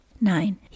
Nine